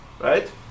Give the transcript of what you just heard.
right